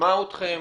נשמע אתכם,